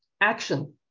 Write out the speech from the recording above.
action